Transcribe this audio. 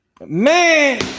man